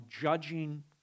judging